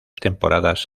temporadas